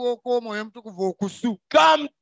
come